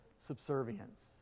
subservience